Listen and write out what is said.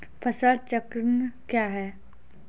फसल चक्रण कया हैं?